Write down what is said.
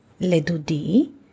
ledudi